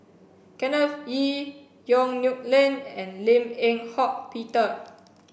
Kenneth Kee Yong Nyuk Lin and Lim Eng Hock Peter